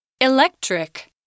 Electric